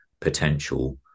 potential